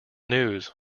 news